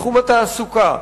בתחום התעסוקה,